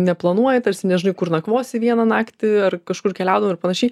neplanuoji tarsi nežinai kur nakvosi vieną naktį ar kažkur keliaudama ir panašiai